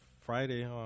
friday